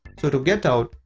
so to get out,